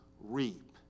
reap